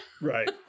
Right